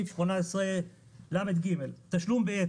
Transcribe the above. סעיף 18 ל"ג: תשלום ביתר.